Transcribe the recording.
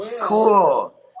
Cool